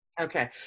Okay